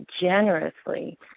generously